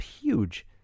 huge